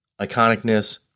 iconicness